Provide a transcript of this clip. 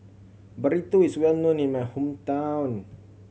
Burrito is well known in my hometown